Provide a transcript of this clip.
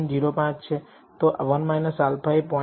05 તો 1 α એ 0